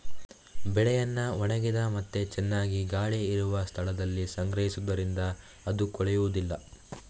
ಬೆಳೆಯನ್ನ ಒಣಗಿದ ಮತ್ತೆ ಚೆನ್ನಾಗಿ ಗಾಳಿ ಇರುವ ಸ್ಥಳದಲ್ಲಿ ಸಂಗ್ರಹಿಸುದರಿಂದ ಅದು ಕೊಳೆಯುದಿಲ್ಲ